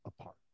apart